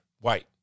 white